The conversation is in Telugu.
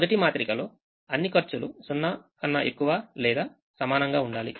మొదటి మాత్రికలో అన్ని ఖర్చులు 0 కన్నా ఎక్కువ లేదా సమానంగా ఉండాలి